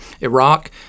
Iraq